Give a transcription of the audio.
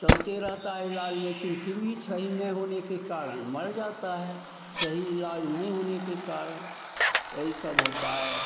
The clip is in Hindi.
चलते रहता है इलाज लेकिन फिर भी सही नहीं होने के कारण मर जाते हैं सही इलाज नहीं होने के कारण यही सब होता है